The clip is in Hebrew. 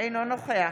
אינו נוכח